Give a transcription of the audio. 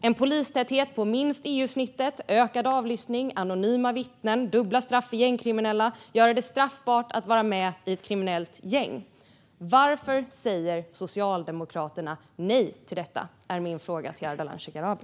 En polistäthet på minst EU-snittet, ökad avlyssning, anonyma vittnen, dubbla straff för gängkriminella och att göra det straffbart att vara med i ett kriminellt gäng - varför säger Socialdemokraterna nej till detta? Det är min fråga till Ardalan Shekarabi.